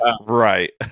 right